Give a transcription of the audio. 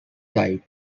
type